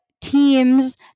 teams